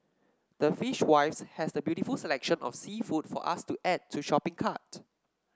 the Fishwives has the beautiful selection of seafood for us to add to shopping cart